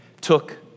took